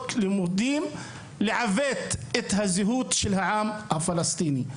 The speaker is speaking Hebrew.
לימודים ולעוות את הזהות של העם הפלסטיני.